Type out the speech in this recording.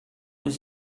was